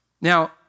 Now